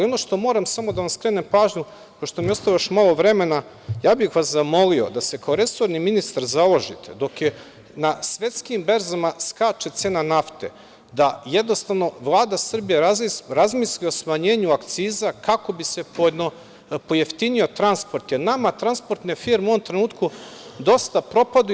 Ono što moram da vam skrenem pažnju, pošto mi je ostalo još malo vremena, ja bih vas zamolio da se kao resorni ministar založite dok na svetskim berzama skače cena nafte da jednostavno Vlada Srbije razmisli o smanjenju akciza kako bi se pojeftinio transport, jer nama transportne firme u ovom trenutku dosta propadaju.